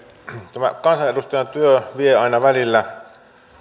tämä kansanedustajan työ vie aina välillä